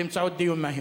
באמצעות הצעה לדיון מהיר.